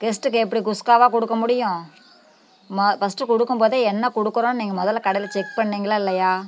கெஸ்ட்டுக்கு எப்படி குஸ்காவை கொடுக்க முடியும் மா ஃபஸ்ட் கொடுக்கும்போதே என்ன கொடுக்குறோம் நீங்கள் முதல்ல கடையில் செக் பண்ணிங்களா இல்லையா